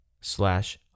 slash